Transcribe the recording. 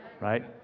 Right